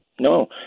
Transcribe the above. No